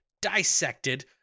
dissected